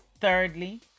Thirdly